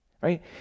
Right